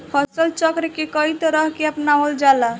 फसल चक्र के कयी तरह के अपनावल जाला?